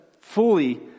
fully